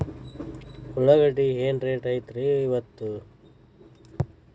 ಉಳ್ಳಾಗಡ್ಡಿ ಏನ್ ರೇಟ್ ಐತ್ರೇ ಇಪ್ಪತ್ತು?